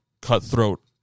cutthroat